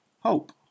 Hope